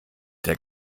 der